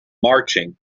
marching